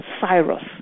Cyrus